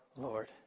lord